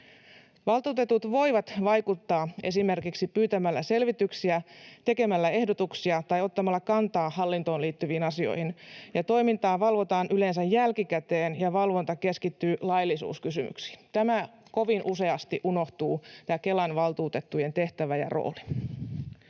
Valtuutetut voivat vaikuttaa esimerkiksi pyytämällä selvityksiä, tekemällä ehdotuksia tai ottamalla kantaa hallintoon liittyviin asioihin. Toimintaa valvotaan yleensä jälkikäteen, ja valvonta keskittyy laillisuuskysymyksiin. Tämä Kelan valtuutettujen tehtävä ja rooli